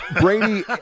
Brady